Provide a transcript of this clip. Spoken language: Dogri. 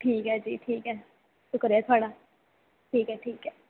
ठीक ऐ जी ठीक ऐ ते शुक्र ऐ थुआढ़ा ठीक ऐ ठीक ऐ